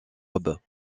aube